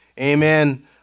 amen